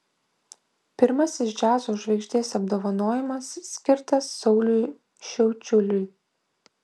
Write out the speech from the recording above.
pirmasis džiazo žvaigždės apdovanojimas skirtas sauliui šiaučiuliui